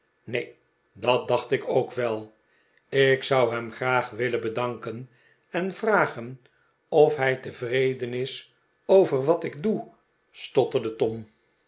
neen dat dacht ik ook wel ik zou hem graag willen bedanken en vragen of hij tevreden is over wat ik doe stotterde tom